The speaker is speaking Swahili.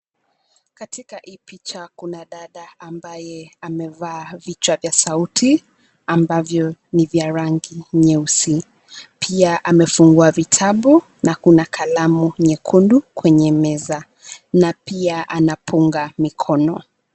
Katika hii picha, kuna dada ambaye amevaa vichwa vya sauti, ambavyo ni vya rangi nyeusi. Pia amefungua vitabu, na kuna kalamu nyekundu kwenye meza. Na pia anapunga mikono.